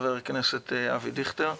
חבר הכנסת אבי דיכטר,